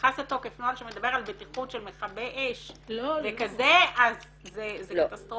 נכנס לתוקף נוהל שמדבר על בטיחות של מכבי אש וכזה אז זה קטסטרופה.